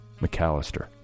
McAllister